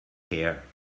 here